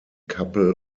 kappel